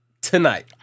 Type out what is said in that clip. tonight